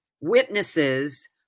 witnesses